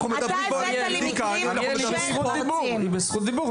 אתה הבאת לי מקרים של --- היא בזכות דיבור,